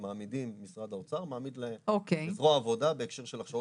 שמשרד האוצר מעמיד לזרוע העבודה בהקשר של הכשרות.